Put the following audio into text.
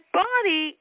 body